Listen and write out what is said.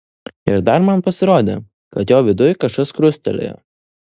ir dar man pasirodė kad jo viduj kažkas krustelėjo